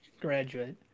graduate